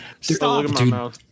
Stop